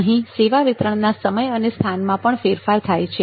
અહીં સેવા વિતરણના સમય અને સ્થાનમાં પણ ફેરફાર થાય છે